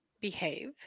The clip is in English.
behave